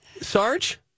Sarge